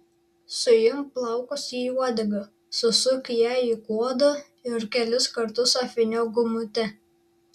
suimk plaukus į uodegą susuk ją į kuodą ir kelis kartus apvyniok gumute